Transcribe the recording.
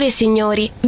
Signori